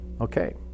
okay